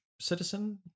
citizen